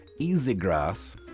Easygrass